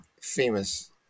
famous